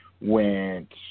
went